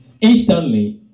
instantly